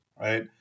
right